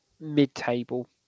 mid-table